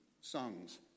songs